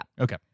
Okay